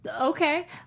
okay